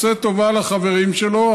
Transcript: עושה טובה לחברים שלו,